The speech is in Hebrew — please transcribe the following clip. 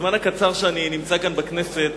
בזמן הקצר שאני נמצא כאן בכנסת